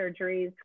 surgeries